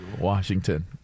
Washington